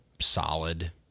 solid